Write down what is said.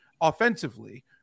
offensively